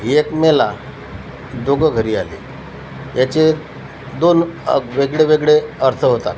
एक मेला दोघं घरी आले याचे दोन वेगळे वेगळे अर्थ होतात